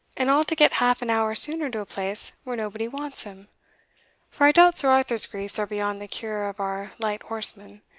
and all to get half an hour sooner to a place where nobody wants him for i doubt sir arthur's griefs are beyond the cure of our light horseman.